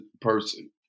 person